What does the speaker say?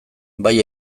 bai